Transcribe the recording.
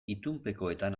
itunpekoetan